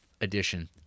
edition